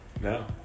No